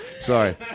sorry